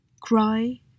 cry